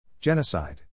Genocide